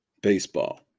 Baseball